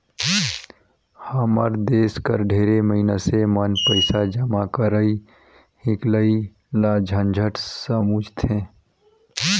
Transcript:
हमर देस कर ढेरे मइनसे मन पइसा जमा करई हिंकलई ल झंझट समुझथें